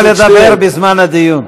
יכולת לדבר בזמן הדיון.